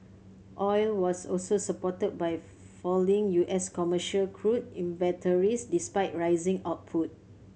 oil was also supported by falling U S commercial crude inventories despite rising output